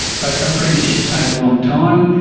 but apprenticeships take a long time,